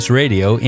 radio